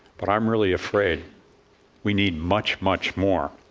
but i'm really afraid we need much, much more.